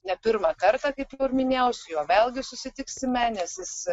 ne pirmą kartą kaip minėjau su juo vėlgi susitiksime nes jis